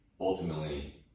ultimately